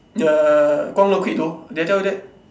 ya Guang-Lu quit though did I tell you that